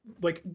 like,